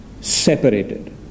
separated